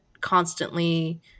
constantly